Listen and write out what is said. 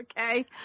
okay